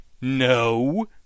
No